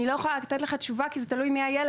אני לא יכולה לתת לך תשובה כי זה תלוי מי הילד,